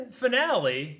finale